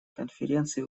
конференции